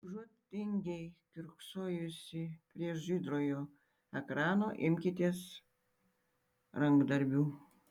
užuot tingiai kiurksojusi prie žydrojo ekrano imkitės rankdarbių